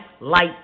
Light